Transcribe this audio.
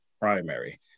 Primary